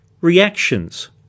reactions